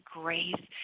grace